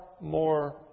more